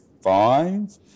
five